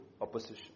opposition